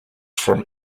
from